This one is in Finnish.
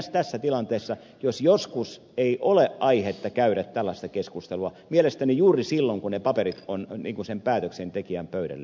korostetusti tässä tilanteessa jos joskus ei ole aihetta käydä tällaista keskustelua mielestäni juuri silloin kun ne paperit ovat sen päätöksentekijän pöydällä